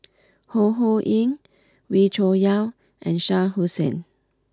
Ho Ho Ying Wee Cho Yaw and Shah Hussain